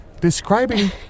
Describing